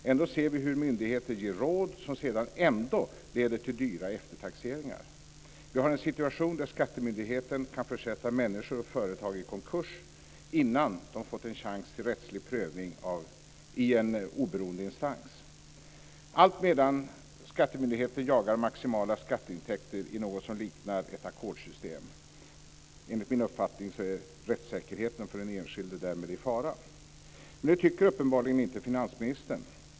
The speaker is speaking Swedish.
Ändå ser vi hur myndigheter ger råd som sedan leder till dyra eftertaxeringar. Vi har en situation där skattemyndigheten kan försätta människor och företag i konkurs innan de fått en chans till rättslig prövning i en oberoende instans, alltmedan skattemyndigheten jagar maximala skatteintäkter i något som liknar ett ackordssystem. Enligt min uppfattning är rättssäkerheten för den enskilde därmed i fara. Men det tycker uppenbarligen inte finansministern.